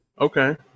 Okay